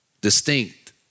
distinct